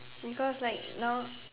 because like now